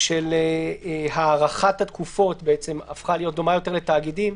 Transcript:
של הארכת התקופות הפכה להיות דומה יותר לתאגידים.